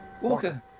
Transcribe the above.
Walker